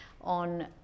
on